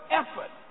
effort